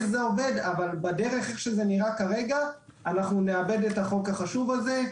אבל כפי שזה נראה כרגע נאבד את החוק החשוב הזה,